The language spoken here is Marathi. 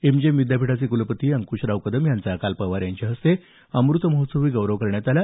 एमजीएम विद्यापीठाचे कुलपती अंकुशराव कदम यांचा काल पवार यांच्या हस्ते अमृतमहोत्सवी गौरव करण्यात आला